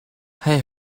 hij